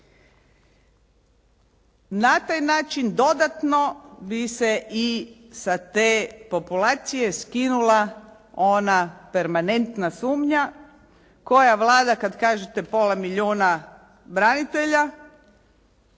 Na taj način dodatno bi se i sa te populacije skinula ona permanentna sumnja koja vlada kada kažete pola milijuna branitelja.